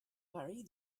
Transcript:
worry